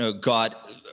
got